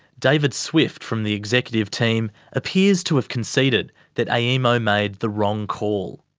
david swift from the executive team appears to have conceded that aemo made the wrong call.